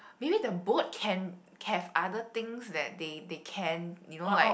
maybe the boat can have other things that they they can you know like